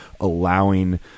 allowing